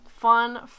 fun